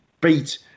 beat